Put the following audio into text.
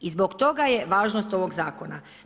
I zbog toga je važnost ovog Zakona.